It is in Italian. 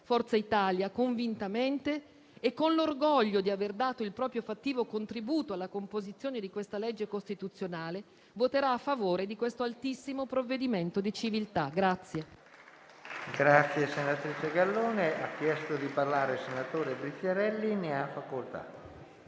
Forza Italia, convintamente e con l'orgoglio di aver dato il proprio fattivo contributo alla composizione di questa legge costituzionale, voterà a favore di questo altissimo provvedimento di civiltà.